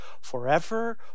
forever